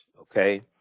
Okay